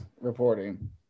reporting